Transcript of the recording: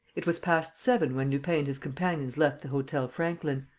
it was past seven when lupin and his companions left the hotel franklin.